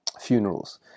funerals